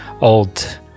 Old